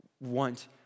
want